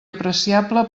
apreciable